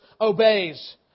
obeys